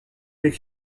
avec